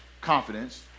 confidence